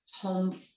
home